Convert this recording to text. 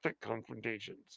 confrontations